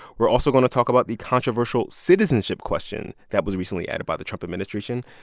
we're also going to talk about the controversial citizenship question that was recently added by the trump administration.